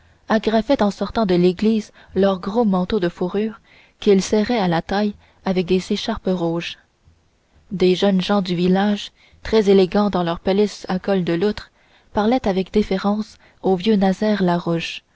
agrafaient en sortant de l'église leurs gros manteaux de fourrure qu'ils serraient à la taille avec des écharpes rouges des jeunes gens du village très élégants dans leurs pelisses à col de loutre parlaient avec déférence au vieux nazaire larouche